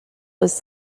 was